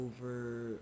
over